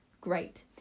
Great